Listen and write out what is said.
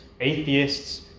atheists